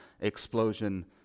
explosion